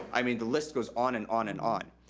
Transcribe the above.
i mean the list goes on and on and on.